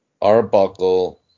Arbuckle